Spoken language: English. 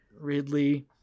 ridley